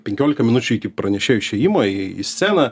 penkiolika minučių iki pranešėjo išėjimo į į sceną